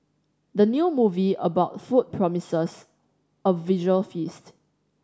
the new movie about food promises a visual feast